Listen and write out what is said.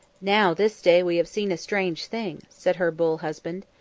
now this day we have seen a strange thing, said her bull husband.